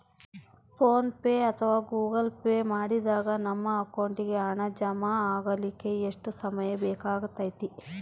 Sir PhonePe ಅಥವಾ Google Pay ಮಾಡಿದಾಗ ನಮ್ಮ ಅಕೌಂಟಿಗೆ ಹಣ ಜಮಾ ಆಗಲಿಕ್ಕೆ ಎಷ್ಟು ಸಮಯ ಬೇಕಾಗತೈತಿ?